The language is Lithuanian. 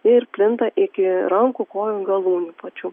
ir plinta iki rankų kojų galūnių pačių